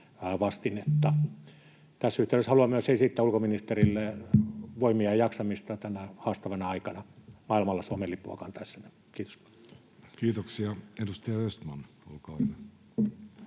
Tässä yhteydessä haluan myös esittää ulkoministerille voimia ja jaksamista tänä haastavana aikana maailmalla Suomen lippua kantaessanne. — Kiitos. Kiitoksia. — Edustaja Östman, olkaa hyvä.